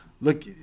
look